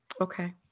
Okay